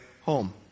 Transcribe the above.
home